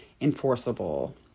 enforceable